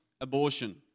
abortion